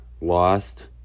lost